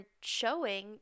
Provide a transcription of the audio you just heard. showing